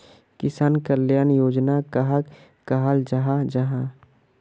किसान कल्याण योजना कहाक कहाल जाहा जाहा?